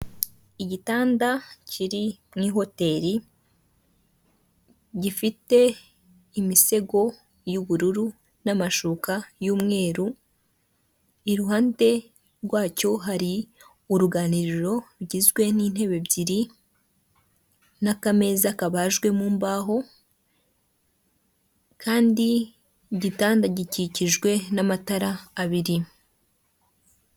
Igitanda kiri mu ihoteri gifite imisego y'ubururu n'amashuka y'umweru, iruhande rwacyo hari uruganiriro rugizwe n'intebe ebyiri, n'akameza kabajwe mu mbaho, kandi igitanda gikikijwe n'amatara abiri.